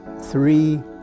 three